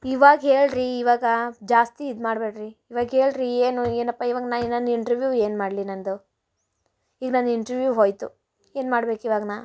ಇವಾಗ ಹೇಳ್ರಿ ಇವಾಗ ಜಾಸ್ತಿ ಇದು ಮಾಡ್ಬೇಡಿ ರೀ ಇವಾಗ ಹೇಳ್ರಿ ಏನು ಏನಪ್ಪ ಇವಾಗ ನಾ ನನ್ನ ಇಂಟ್ರ್ವ್ಯೂವ್ ಏನು ಮಾಡಲಿ ನನ್ನದು ಈಗ ನಾನು ಇಂಟ್ರ್ವ್ಯೂವ್ ಹೋಯಿತು ಏನು ಮಾಡ್ಬೇಕು ಇವಾಗ ನಾ